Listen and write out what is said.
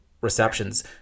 receptions